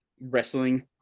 wrestling